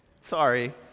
Sorry